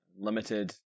Limited